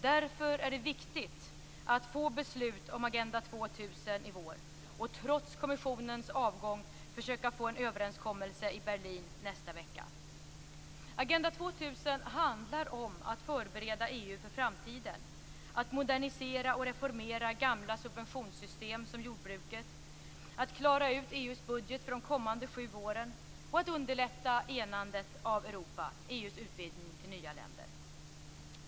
Därför är det viktigt att få beslut om Agenda 2000 i vår och att trots kommissionens avgång försöka få en överenskommelse i Berlin nästa vecka. Agenda 2000 handlar om att förbereda EU för framtiden, att modernisera och reformera gamla subventionssystem för jordbruket, att klara ut EU:s budget för de kommande sju åren och att underlätta enandet av Europa, EU:s utvidgning till nya länder.